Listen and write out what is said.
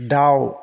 दाउ